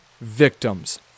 victims